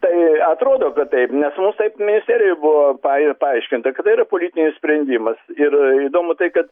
tai atrodo kad taip nes mums taip ministerijoj buvo pa paaiškinta kada yra politinis sprendimas ir įdomu tai kad